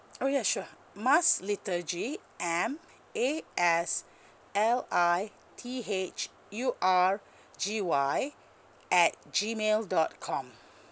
oh yeah sure maslithurgy M A S L I T H U R G Y at G mail dot com